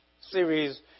series